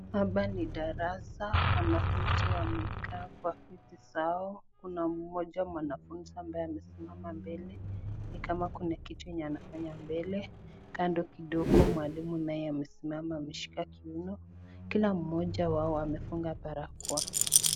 Hapa ni darasa wanafunzi wamekaa kwa viti zao ,kuna mmoja mwanafunzi ambaye amesimama mbele ni kama kuna kitu yenye anafanya mbele ,kando kidogo mwalimu naye amesimama ameshika kiuno, kila mmoja wao amefunga barakoa.